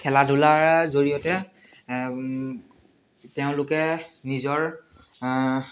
খেলা ধূলাৰ জৰিয়তে তেওঁলোকে নিজৰ